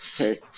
Okay